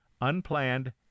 Unplanned